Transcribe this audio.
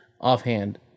offhand